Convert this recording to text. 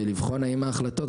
ולבחון האם ההחלטות,